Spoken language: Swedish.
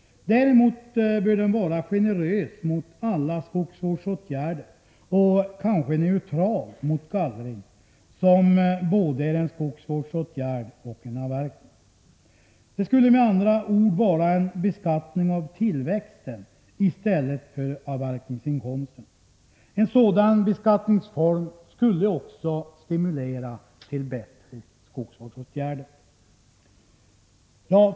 Däremot bör den vara generös mot alla skogsvårdsåtgärder och kanske neutral mot gallring, som både är en skogsvårdsåtgärd och en avverkning. Det skulle med andra ord vara en beskattning av tillväxten i stället för avverkningsinkomsterna. En sådan beskattningsform skulle också stimulera till bättre skogsvårdsåtgärder.